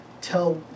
tell